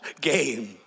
game